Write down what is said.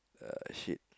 uh shit